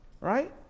right